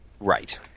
Right